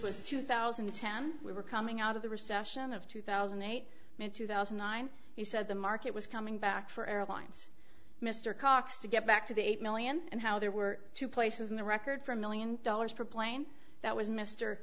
was two thousand and ten we were coming out of the recession of two thousand and eight and two thousand and nine he said the market was coming back for airlines mr cox to get back to the eight million and how there were two places in the record for a million dollars per plane that was mr